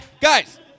Guys